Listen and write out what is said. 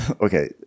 okay